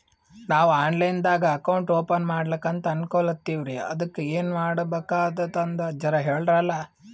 ನಾವು online ದಾಗ account open ಮಾಡ್ಲಕಂತ ಅನ್ಕೋಲತ್ತೀವ್ರಿ ಅದಕ್ಕ ಏನ ಮಾಡಬಕಾತದಂತ ಜರ ಹೇಳ್ರಲ?